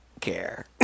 care